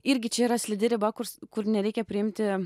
irgi čia yra slidi riba kurs kur nereikia priimti